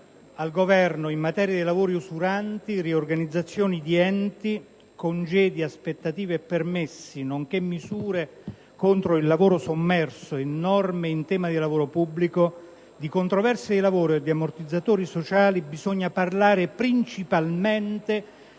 al Governo in materia di lavori usuranti, riorganizzazione di enti, congedi, aspettative e permessi, nonché misure contro il lavoro sommerso e norme in tema di lavoro pubblico, di controversie di lavoro e di ammortizzatori sociali, bisogna parlare principalmente